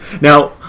Now